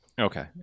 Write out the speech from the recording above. Okay